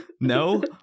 no